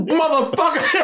motherfucker